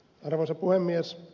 arvoisa puhemies